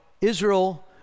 Israel